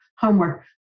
Homework